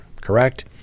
correct